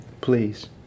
Please